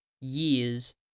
years